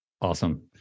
awesome